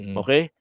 okay